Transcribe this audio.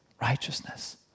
righteousness